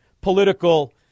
political